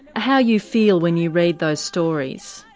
how you feel when you read those stories?